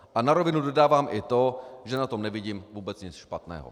A na rovinu dodávám i to, že na tom nevidím vůbec nic špatného.